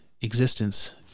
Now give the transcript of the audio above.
existence